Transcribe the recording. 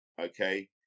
okay